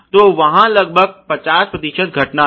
तो वहाँ लगभग 50 प्रतिशत घटना है